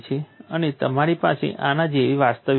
અને તમારી પાસે આના જેવી વાસ્તવિક ક્રેક છે